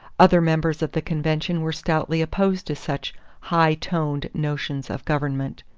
other members of the convention were stoutly opposed to such high-toned notions of government.